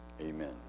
Amen